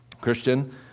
Christian